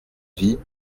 vie